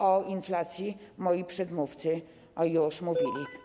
O inflacji moi przedmówcy już mówili.